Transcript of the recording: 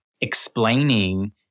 explaining